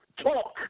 talk